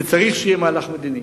וצריך שיהיה מהלך מדיני.